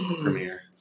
premiere